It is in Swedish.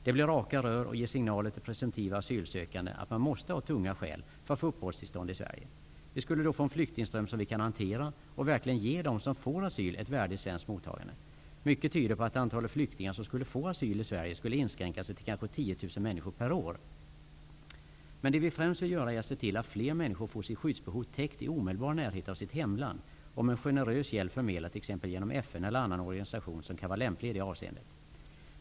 Det blir raka rör och ger signaler till presumtiva asylsökande att man måste ha tunga skäl för att få uppehållstillstånd i Sverige. Vi skulle då få en flyktingström som vi kan hantera och därmed verkligen ge dem som får asyl ett värdigt svenskt mottagande. Mycket tyder på att antalet flyktingar som skulle få asyl i Sverige skulle inskränka sig till kanske 10 000 människor per år. Men det vi främst vill göra är att se till att fler människor får sitt skyddsbehov täckt i omedelbar närhet av sitt hemland och med en generös hjälp förmedlad t.ex. genom FN eller annan organisation som kan vara lämplig i detta avseende.